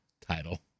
title